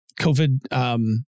COVID